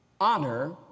honor